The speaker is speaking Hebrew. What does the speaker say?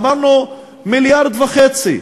אמרנו: מיליארד וחצי,